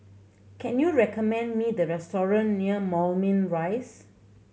can you recommend me the restaurant near Moulmein Rise